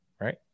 right